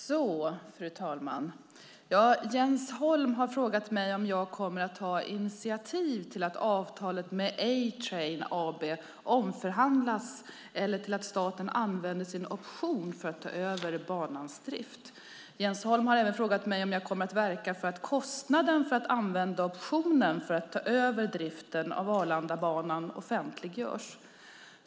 Fru talman! Jens Holm har frågat mig om jag kommer att ta initiativ till att avtalet med A-Train AB omförhandlas eller till att staten använder sin option för att ta över banans drift. Jens Holm har även frågat mig om jag kommer att verka för att kostnaden för att använda optionen för att ta över driften av Arlandabanan offentliggörs.